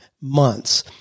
months